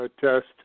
test